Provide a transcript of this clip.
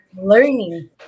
learning